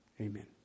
Amen